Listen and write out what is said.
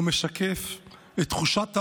הוא משקף את תחושת האובדן,